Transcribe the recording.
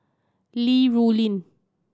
Li Rulin